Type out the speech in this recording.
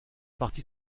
parti